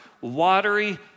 watery